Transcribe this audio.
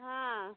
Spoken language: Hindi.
हाँ